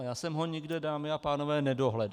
Já jsem ho nikde, dámy a pánové, nedohledal.